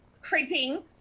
creeping